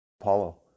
Apollo